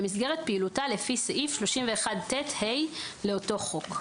במסגרת פעילותה לפי סעיף 31ט(ה) לאותו חוק.